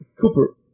Cooper